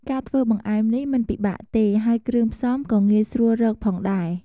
ការធ្វើបង្អែមនេះមិនពិបាកទេ ហើយគ្រឿងផ្សំក៏ងាយស្រួលរកផងដែរ។